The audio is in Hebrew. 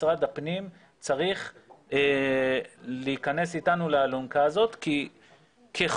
משרד הפנים צריך להכנס איתנו לאלונקה הזאת, כי ככל